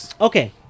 Okay